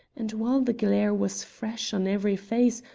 and while the glare was fresh on every face,